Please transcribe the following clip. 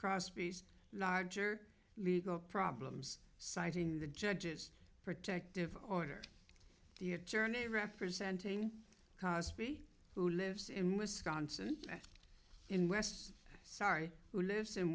crosspiece larger legal problems citing the judge's protective order the attorney representing kaspi who lives in wisconsin in west sorry who lives in